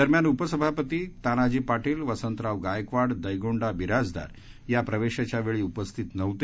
दरम्यान उपसभापती तानाजी पाटील वसंतराव गायकवाड दयगोंडा बिराजदार या प्रवेशाच्या वेळी उपस्थित नव्हते